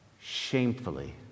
shamefully